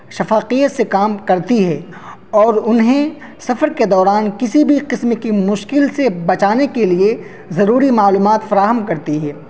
شفافیت سے کام کرتی ہے اور انہیں سفر کے دوران کسی بھی قسم کی مشکل سے بچانے کے لیے ضروری معلومات فراہم کرتی ہے